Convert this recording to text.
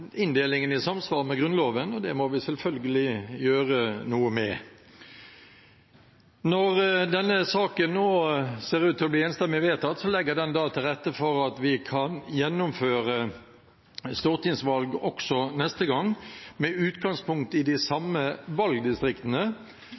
inndelingen i samsvar med Grunnloven, og det må vi selvfølgelig gjøre noe med. Når denne saken nå ser ut til å bli enstemmig vedtatt, legger den til rette for at vi kan gjennomføre stortingsvalg, også neste gang, med utgangspunkt i de